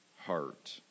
heart